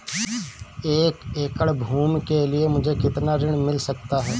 एक एकड़ भूमि के लिए मुझे कितना ऋण मिल सकता है?